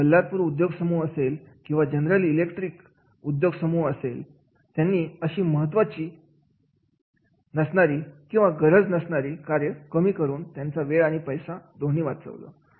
मग बल्लारपूर उद्योग समूह असेल किंवा जनरल इलेक्ट्रिक उद्योग समूह असेल त्यांनी अशी कमी महत्वाची किंवा गरज नसणारे कार्य कमी करून त्यांचा वेळ आणि पैसा दोन्ही वाचवला